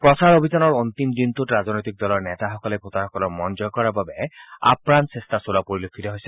প্ৰচাৰ অভিযানৰ অন্তিম দিনটোত ৰাজনৈতিক দলৰ নেতাসকলে ভোটাৰসকলৰ মন জয় কৰাৰ বাবে আপ্ৰাণ চেষ্টা চলোৱা পৰিলক্ষিত হৈছে